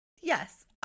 yes